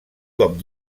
cop